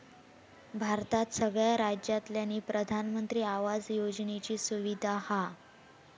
भारतात सगळ्या राज्यांतल्यानी प्रधानमंत्री आवास योजनेची सुविधा हा